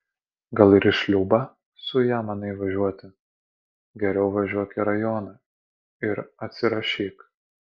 gal ir į šliūbą su ja manai važiuoti geriau važiuok į rajoną ir atsirašyk